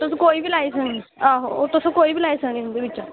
तुस कोई बी लाई सकने तुस कोई बी लाई सकने इंदे चा